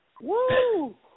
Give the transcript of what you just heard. Woo